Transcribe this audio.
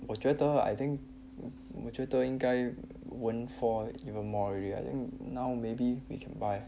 我觉得 I think 我觉得应该 won't fall even more already I think now maybe we can buy